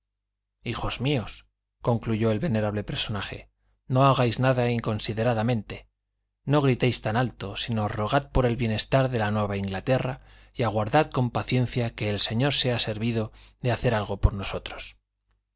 hijos míos concluyó el venerable personaje no hagáis nada inconsideradamente no gritéis tan alto sino rogad por el bienestar de la nueva inglaterra y aguardad con paciencia que el señor sea servido de hacer algo por nosotros